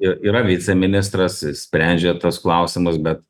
ir yra viceministras sprendžia tuos klausimas bet